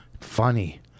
Funny